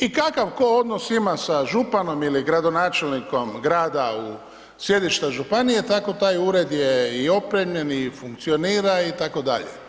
I kakav tko ima odnos sa županom ili gradonačelnika grada u sjedištu županije, tako taj ured je i opremljen i funkcionira itd.